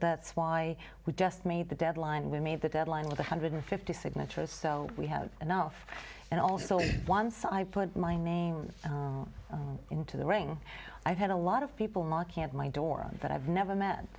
births why we just made the deadline we made the deadline with a hundred and fifty signatures so we have enough and also once i put my name into the ring i've had a lot of people knocking at my door that i've never met